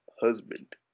husband